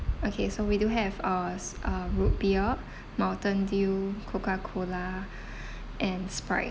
okay so we do have uh uh root beer mountain dew coca cola and sprite